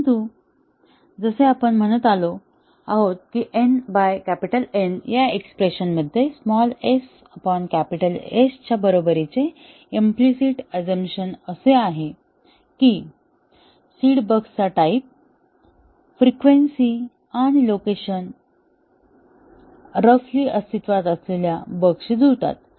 परंतु जसे आपण म्हणत आलो आहोत की nN या एक्स्प्रेशनमध्ये sS च्या बरोबरीचे इम्प्लिसिट अझम्पशन असे आहे की सीड बग्सचा टाईप फ्रिक्वेन्सी आणि लोकेशन रफली अस्तित्वात असलेल्या बग्सशी जुळतात